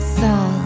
saw